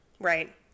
Right